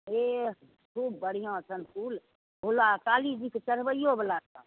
एह खुब बढ़िआँ छैन फूल भोला काली जीके चढ़बैयो बला सब